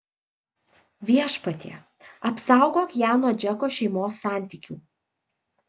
viešpatie apsaugok ją nuo džeko šeimos santykių